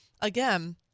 again